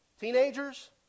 teenagers